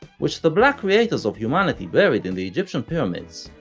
which the black creators of humanity buried in the egyptian pyramids,